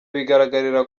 bigaragarira